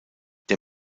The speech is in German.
der